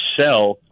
sell